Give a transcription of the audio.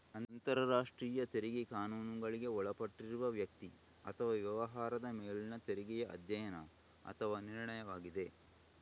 ಅಂತರರಾಷ್ಟ್ರೀಯ ತೆರಿಗೆ ಕಾನೂನುಗಳಿಗೆ ಒಳಪಟ್ಟಿರುವ ವ್ಯಕ್ತಿ ಅಥವಾ ವ್ಯವಹಾರದ ಮೇಲಿನ ತೆರಿಗೆಯ ಅಧ್ಯಯನ ಅಥವಾ ನಿರ್ಣಯವಾಗಿದೆ